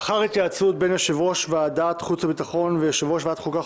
לאחר התייעצות בין יושב-ראש ועדת החוץ והביטחון ויושב-ראש ועדת החוקה,